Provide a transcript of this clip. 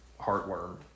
heartworm